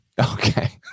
Okay